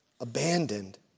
abandoned